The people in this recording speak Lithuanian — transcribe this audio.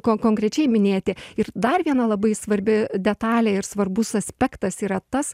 ko konkrečiai minėti ir dar viena labai svarbi detalė ir svarbus aspektas yra tas